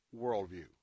worldview